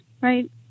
right